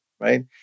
right